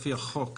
לפי החוק,